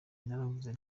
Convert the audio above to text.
naravuze